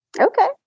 Okay